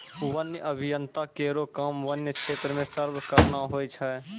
वन्य अभियंता केरो काम वन्य क्षेत्र म सर्वे करना होय छै